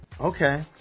Okay